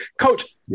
Coach